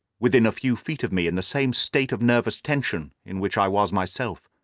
within a few feet of me, in the same state of nervous tension in which i was myself.